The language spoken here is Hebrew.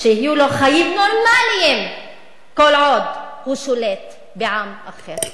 שיהיו לו חיים נורמליים כל עוד הוא שולט בעם אחר.